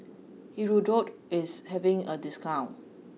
hirudoid is having a discount